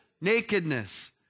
nakedness